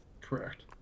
Correct